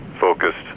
focused